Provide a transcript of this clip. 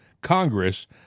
Congress